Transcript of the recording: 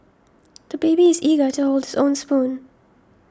the baby is eager to hold his own spoon